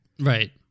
Right